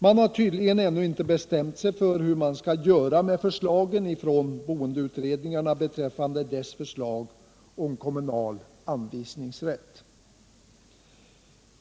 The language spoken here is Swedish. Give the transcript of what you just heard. Man har tydligen inte bestämt sig för hur man skall göra med förslagen från boendeutredningarna beträffande kommunal anvisnpingsrätt.